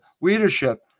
Leadership